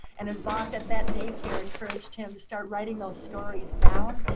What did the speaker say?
and his boss at that daycare encouraged him to start writing those stories down,